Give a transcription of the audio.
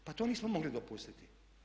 Pa to nismo mogli dopustiti.